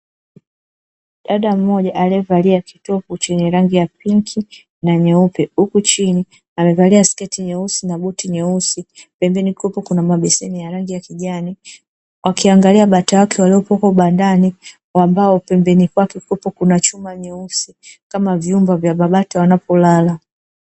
Dada mmoja aliyevalia kitopu chenye rangi pinki na nyeupe huku chini amevalia sketi nyeusi na buti nyeusi. Pembeni kukiwepo na mabeseni yenye rangi ya kijani, wakiangalia bata wake waliokuwepo bandani ambao pembeni kwake kukiwepo na chuma nyeusi kama vyumba vya mabata wanapo mlala.